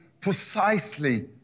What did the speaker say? precisely